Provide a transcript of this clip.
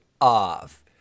off